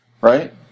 Right